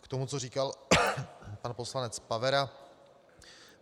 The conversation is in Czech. K tomu, co říkal pan poslanec Pavera,